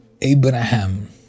Abraham